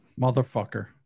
motherfucker